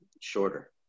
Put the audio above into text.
shorter